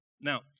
Now